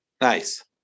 Nice